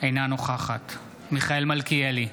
אינה נוכחת מיכאל מלכיאלי,